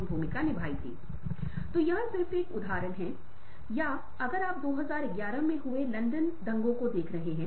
और दाईं ओर पर एक बार है जहाँ आप अपने उत्तर भर सकते हैं